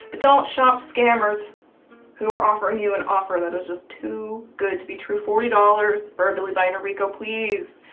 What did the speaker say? but don't shop scammers who are offering you an offer that is just too good to be true. forty dollars for billie by noriko, please,